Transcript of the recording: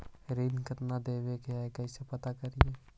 ऋण कितना देवे के है कैसे पता करी?